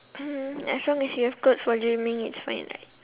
hmm as long as you have clothes for gymming it's fine right